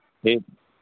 ٹھیک